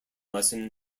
lesson